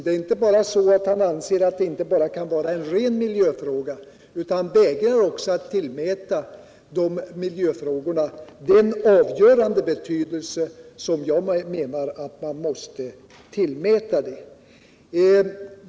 Det är inte bara så att han anser att detta inte kan vara en ren miljöfråga, utan han vägrar också att tillmäta miljöfrågorna den avgörande betydelse som jag menar att man måste tillmäta dem.